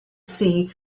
see